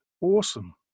awesome